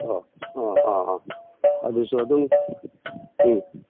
ꯑꯣ ꯑꯥ ꯑꯥ ꯑꯥ ꯑꯗꯨꯁꯨ ꯑꯗꯨꯝ ꯎꯝ